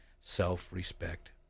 self-respect